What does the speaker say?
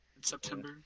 September